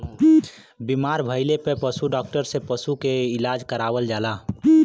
बीमार भइले पे पशु डॉक्टर से पशु के इलाज करावल जाला